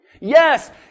yes